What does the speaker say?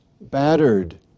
battered